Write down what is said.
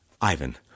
Ivan